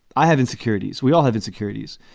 i have insecurities. we all have insecurities.